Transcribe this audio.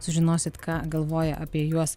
sužinosit ką galvoja apie juos